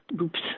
Oops